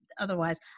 otherwise